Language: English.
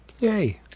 Yay